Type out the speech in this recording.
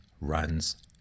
runs